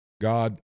God